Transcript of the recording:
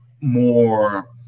more